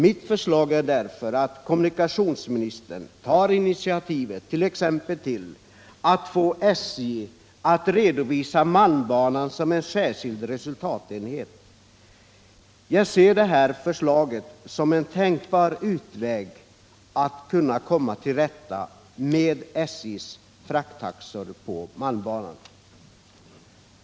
Mitt förslag är därför att kommunikationsministern tar initiativet t.ex. till att få SJ att redovisa malmbanan som en särskild resultatenhet. Jag ser det förslaget som en god utväg att kunna komma till rätta med SJ:s frakttaxor på malmbanan.